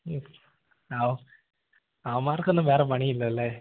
മ്മ് അവന്മാർക്കൊന്നും വേറെ പണിയില്ലല്ലേ